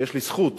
שיש לי זכות